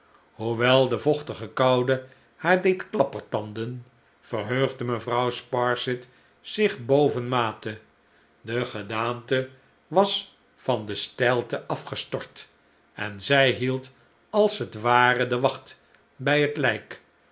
hoewel de vochtige koude haar deed klappertanden verheugde mevrouw sparsit zich bovenmate de gedaante was van de steilte afgestort en zij hield als het ware de wacht bij het lijk